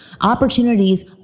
opportunities